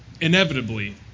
Inevitably